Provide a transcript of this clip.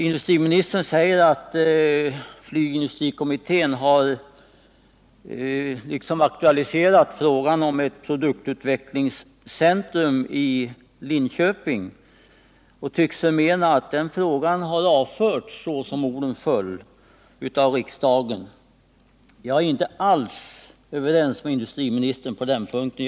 Industriministern säger att flygindustrikommittén har aktualiserat frågan om ett produktutvecklingscentrum i Linköping och tycks förmena att den frågan avförts, såsom orden föll, av riksdagen. Jag är inte alls överens med 131 industriministern på den punkten.